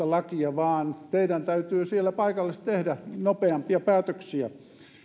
lakia vaan teidän täytyy siellä paikallisesti tehdä nopeampia päätöksiä